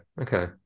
Okay